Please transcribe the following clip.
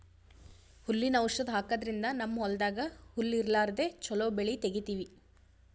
ಹುಲ್ಲಿನ್ ಔಷಧ್ ಹಾಕದ್ರಿಂದ್ ನಮ್ಮ್ ಹೊಲ್ದಾಗ್ ಹುಲ್ಲ್ ಇರ್ಲಾರ್ದೆ ಚೊಲೋ ಬೆಳಿ ತೆಗೀತೀವಿ